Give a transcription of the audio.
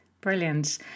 Brilliant